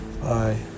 Bye